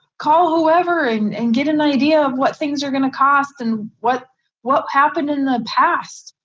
call whoever and and get an idea of what things are going to cost and what what happened in the past.